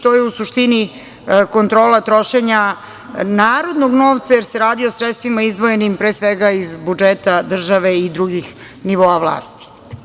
To je u suštini kontrola trošenja narodnog novca, jer se radi o sredstvima izdvojenim iz budžeta države i drugih nivoa vlasti.